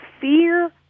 fear